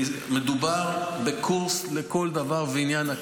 מדובר בקורס אקדמי לכל דבר ועניין,